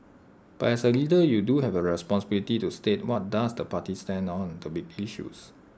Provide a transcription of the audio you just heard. but as A leader you do have A responsibility to state what does the party stand on the big issues